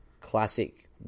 classic